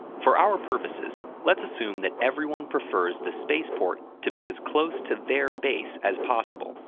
for our purposes, let's assume that everyone prefers the space port to be as close to their base as possible,